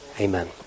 Amen